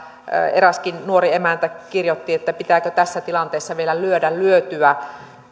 eräskin nuori emäntä kirjoitti että pitääkö tässä tilanteessa vielä lyödä lyötyä